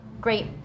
great